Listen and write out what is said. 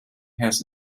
has